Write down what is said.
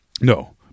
No